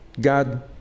God